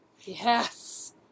Yes